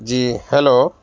جی hello